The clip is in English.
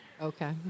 Okay